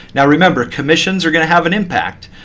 now remember, commissions are going to have an impact.